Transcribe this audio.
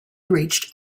reached